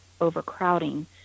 overcrowding